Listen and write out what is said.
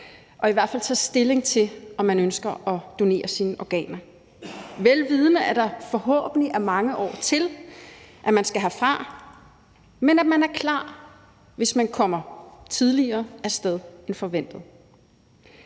og i hvert fald tage stilling til, om man ønsker at donere sine organer, vel vidende at der forhåbentlig er mange år til, at man skal herfra, men så man er klar, hvis man kommer tidligere af sted end forventet.